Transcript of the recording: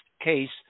case